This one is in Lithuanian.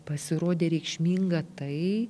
pasirodė reikšminga tai